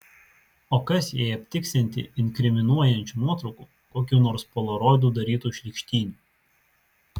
o kas jei aptiksianti inkriminuojančių nuotraukų kokių nors polaroidu darytų šlykštynių